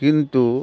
କିନ୍ତୁ